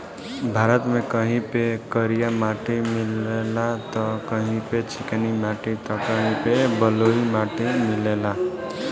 भारत में कहीं पे करिया माटी मिलेला त कहीं पे चिकनी माटी त कहीं पे बलुई माटी मिलेला